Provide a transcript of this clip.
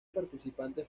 participantes